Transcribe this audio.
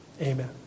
Amen